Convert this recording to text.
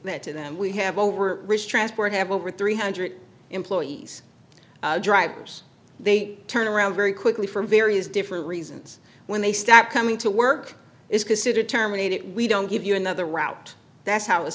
that to them we have over rich transport have over three hundred employees drivers they turn around very quickly from various different reasons when they start coming to work is considered terminate it we don't give you another route that's how it